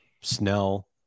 Snell